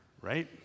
Right